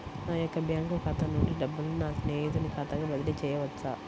నా యొక్క బ్యాంకు ఖాతా నుండి డబ్బులను నా స్నేహితుని ఖాతాకు బదిలీ చేయవచ్చా?